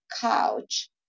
couch